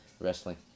wrestling